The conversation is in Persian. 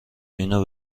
اینو